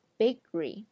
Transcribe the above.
bakery 。